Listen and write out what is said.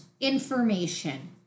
information